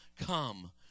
come